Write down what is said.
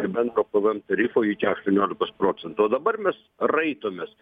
bendro pvm tarifo iki aštuoniolikos procentų o dabar mes raitomės